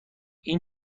این